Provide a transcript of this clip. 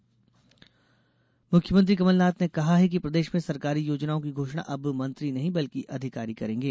मुख्मंत्री बैठक मुख्यमंत्री कमलनाथ ने कहा है कि प्रदेश में सरकारी योजनाओं की घोषणा अब मंत्री नहीं बल्कि अधिकारी करेंगे